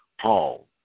Paul